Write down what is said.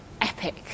epic